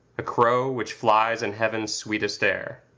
a crow which flies in heaven's sweetest air.